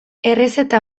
errezeta